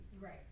Right